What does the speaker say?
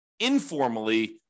informally